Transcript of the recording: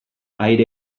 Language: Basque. aire